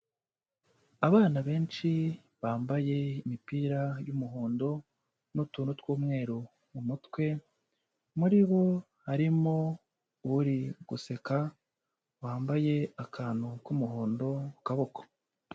Abana benshi bambaye imipira y'umuhondo n'utuntu tw'umweru mu mutwe, muri bo harimo uri guseka wambaye akantu k'umuhondo ku kaboko.